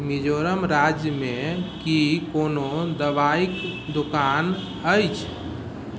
मिजोरम राज्य मे की कोनो दवाइक दोकान अछि